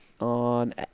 on